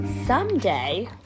Someday